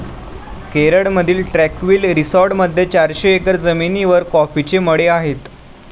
केरळमधील ट्रँक्विल रिसॉर्टमध्ये चारशे एकर जमिनीवर कॉफीचे मळे आहेत